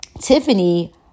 Tiffany